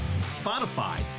Spotify